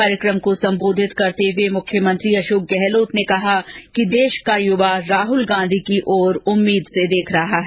कार्यक्रम को संबोधित करते हुए मुखयमंत्री अशोक गहलोत ने कहा कि देश का युवा राहुल गांधी की ओर उम्मीद से देख रहा है